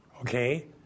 Okay